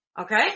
Okay